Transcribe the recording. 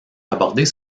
aborder